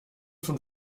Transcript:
von